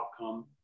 outcome